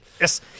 Yes